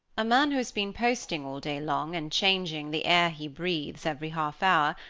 a man who has been posting all day long, and changing the air he breathes every half hour,